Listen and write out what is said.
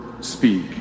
speak